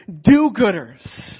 do-gooders